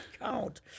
count